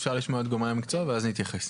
אפשר לשמוע את גורמי המקצוע ואז נתייחס.